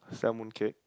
sell mooncake